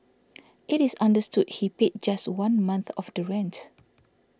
it is understood he paid just one month of the rents